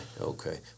Okay